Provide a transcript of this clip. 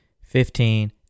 Fifteen